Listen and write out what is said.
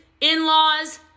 in-laws